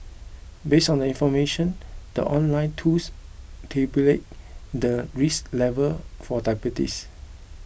based on the information the online tools tabulates the risk level for diabetes